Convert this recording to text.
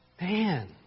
Man